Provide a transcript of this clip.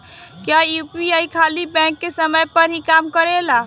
क्या यू.पी.आई खाली बैंक के समय पर ही काम करेला?